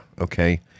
okay